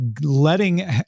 letting